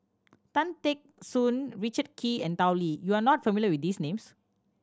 Tan Teck Soon Richard Kee and Tao Li you are not familiar with these names